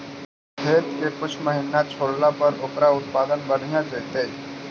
खेत के कुछ महिना छोड़ला पर ओकर उत्पादन बढ़िया जैतइ?